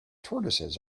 tortoises